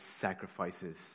sacrifices